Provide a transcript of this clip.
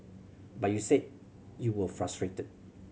but you said you were frustrated